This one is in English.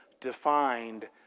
defined